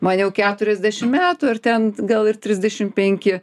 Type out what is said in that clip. man jau keturiasdešim metų ir ten gal ir trisdešim penki